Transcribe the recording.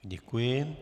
Děkuji.